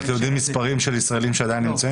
אתם יודעים כמה ישראלים עדיין נמצאים שם?